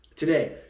Today